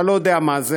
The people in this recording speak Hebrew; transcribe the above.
אתה לא יודע מה זה,